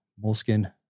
moleskin